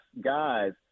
guys